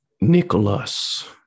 Nicholas